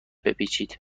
بپیچید